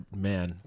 man